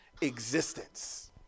Existence